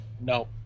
no